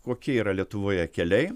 kokie yra lietuvoje keliai